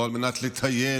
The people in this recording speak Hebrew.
לא על מנת לטייל,